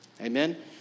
Amen